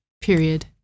period